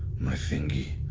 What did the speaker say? my fingee.